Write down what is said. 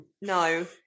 No